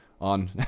on